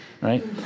right